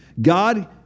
God